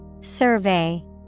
Survey